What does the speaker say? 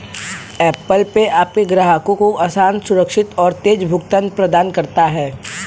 Apple Pay आपके ग्राहकों को आसान, सुरक्षित और तेज़ भुगतान प्रदान करता है